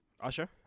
Usher